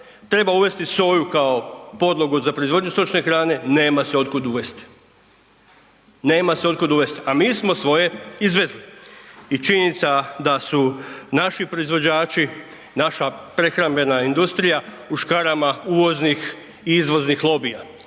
treba uvesti soju kao podlogu za proizvodnju stočne hrane, nema se od kud uvesti, a mi smo svoje izvezli. I činjenica da su naši proizvođači, naša prehrambena industrija u škarama uvoznih i izvoznih lobija.